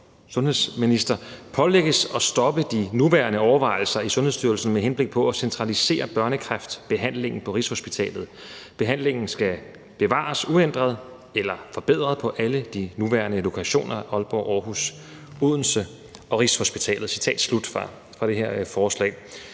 sundhedsminister »... pålægges at stoppe de nuværende overvejelser i Sundhedsstyrelsen med henblik på at centralisere børnekræftbehandlingen på Rigshospitalet. Behandlingen skal bevares uændret eller forbedret på alle de nuværende lokationer: Aalborg, Aarhus, Odense og Rigshospitalet.«